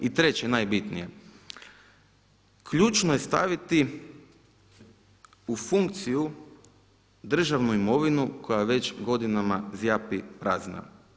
I treće najbitnije, ključno je staviti u funkciju državnu imovinu koja već godinama zjapi prazna.